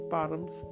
Bottoms